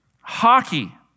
hockey